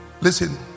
Listen